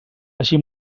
així